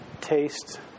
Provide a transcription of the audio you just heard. taste